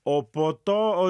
o po to o